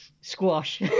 squash